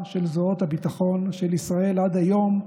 של זרועות הביטחון של ישראל עד היום,